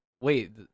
wait